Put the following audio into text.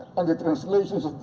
and the translations